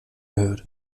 gehört